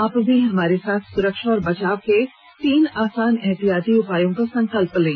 आप भी हमारे साथ सुरक्षा और बचाव के तीन आसान एहतियाती उपायों का संकल्प लें